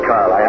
Carl